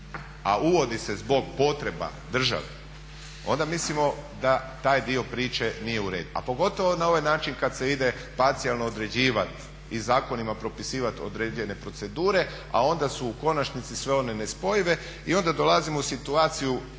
a uvodi se zbog potreba države onda mislimo da taj dio priče nije u redu. A pogotovo na ovaj način kada se ide parcijalno određivati i zakonima propisivati određene procedure a onda su u konačnici sve one nespojive. I onda dolazimo u situaciju